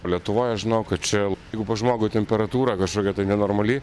lietuvoje žinau kad čia jeigu pas žmogų temperatūra kažkokia nenormali